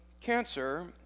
cancer